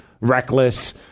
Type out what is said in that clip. reckless